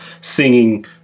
singing